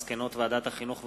מסקנות ועדת החינוך,